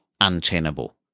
untenable